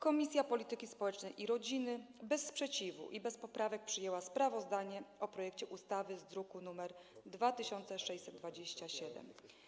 Komisja Polityki Społecznej i Rodziny bez sprzeciwu i bez poprawek przyjęła sprawozdanie o projekcie ustawy zawarte w druku nr 2627.